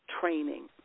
training